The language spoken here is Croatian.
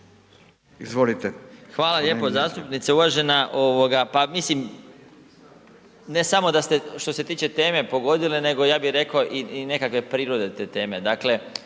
Zdravko** Hvala lijepo, zastupnice uvažena. Pa mislim, ne samo da ste što se tiče teme pogodili nego ja bi rekao i nekakve prirode te teme.